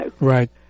Right